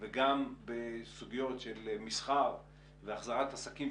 וגם בסוגיות של מסחר והחזרת עסקים,